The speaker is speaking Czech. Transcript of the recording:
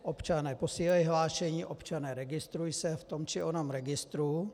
Občane, posílej hlášení, občane, registruj se v tom či onom registru!